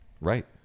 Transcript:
Right